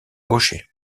gaucher